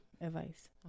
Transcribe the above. advice